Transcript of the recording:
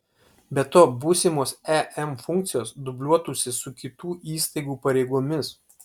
be to būsimos em funkcijos dubliuotųsi su kitų įstaigų pareigomis